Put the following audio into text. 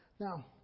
Now